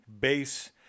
bass